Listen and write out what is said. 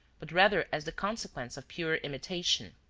but rather as the consequence of pure imitation.